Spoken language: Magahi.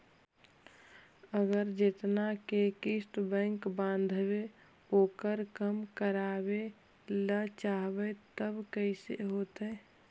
अगर जेतना के किस्त बैक बाँधबे ओकर कम करावे ल चाहबै तब कैसे होतै?